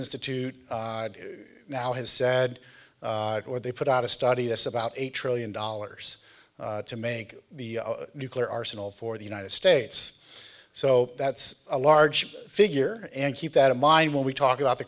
institute now has said or they put out a study that's about a trillion dollars to make the nuclear arsenal for the united states so that's a large figure and keep that in mind when we talk about the